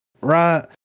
Right